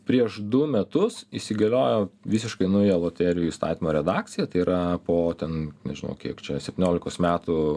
prieš du metus įsigaliojo visiškai nauja loterijų įstatymo redakcija tai yra po ten nežinau kiek čia septyniolikos metų